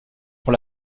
pour